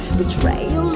betrayal